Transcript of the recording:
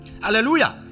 Hallelujah